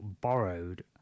borrowed